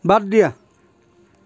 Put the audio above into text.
বাদ দিয়া